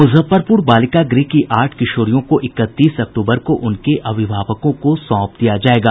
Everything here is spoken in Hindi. मुजफ्फरपुर बालिका गृह की आठ किशोरियों को इकतीस अक्टूबर को उनके अभिभावकों को सौंप दिया जायेगा